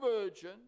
virgin